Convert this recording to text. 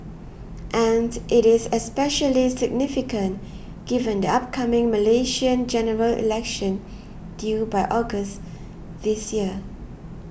and it is especially significant given the upcoming Malaysian General Election due by August this year